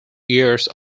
years